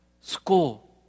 school